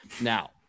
Now